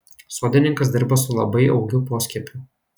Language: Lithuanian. sodininkas dirba su labai augiu poskiepiu